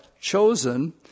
chosen